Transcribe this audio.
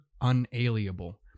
unalienable